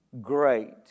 great